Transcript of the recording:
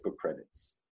credits